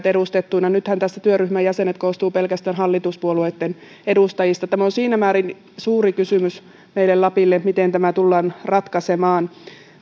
edustettuna nythän tämä työryhmä koostuu pelkästään hallituspuolueitten edustajista tämä on siinä määrin suuri kysymys meille lapissa miten tämä tullaan ratkaisemaan